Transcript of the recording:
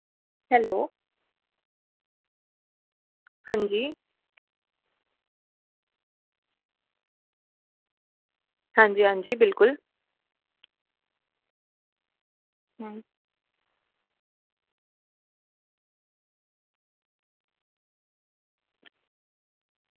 hello हां जी हां जी हां जी बिल्कुल